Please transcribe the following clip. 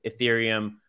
Ethereum